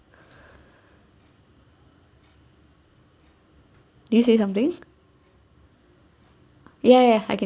did you say something ya ya I can